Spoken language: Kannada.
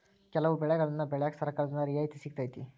ಕೆಲವು ಬೆಳೆಗನ್ನಾ ಬೆಳ್ಯಾಕ ಸರ್ಕಾರದಿಂದ ರಿಯಾಯಿತಿ ಸಿಗತೈತಿ